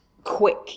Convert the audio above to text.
quick